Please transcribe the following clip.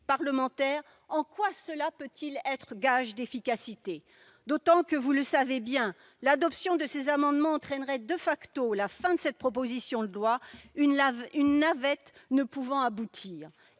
parlementaire peut-il être gage d'efficacité, d'autant que, vous le savez bien, l'adoption de ces amendements entraînerait la fin de cette proposition de loi, une navette ne pouvant aboutir